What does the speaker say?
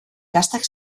gaztak